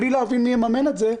בלי להבין מי יממן את זה,